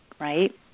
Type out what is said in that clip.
right